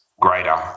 greater